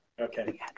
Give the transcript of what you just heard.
Okay